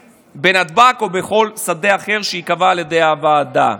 בנתב"ג או בכל שדה אחר שייקבע על ידי הוועדה,